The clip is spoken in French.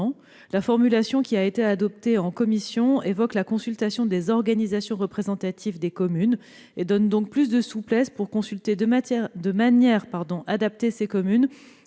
La formulation adoptée en commission évoque la consultation des organisations représentatives des communes et donne donc plus de souplesse pour consulter de matière adaptée ces communes